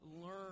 learn